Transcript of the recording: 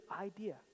idea